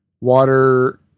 water